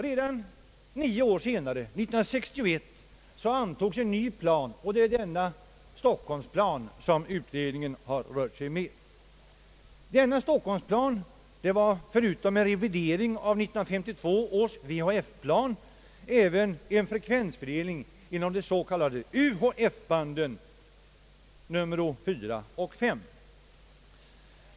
Redan nio år senare, år 1961, antogs en ny plan, Stockholmsplanen, och det är denna plan som utredningen har rört sig med. Denna Stockholmsplan var förutom en revidering av 1952 års VHF-plan även en frekvensfördelning inom de s.k. UHF-banden IV och V.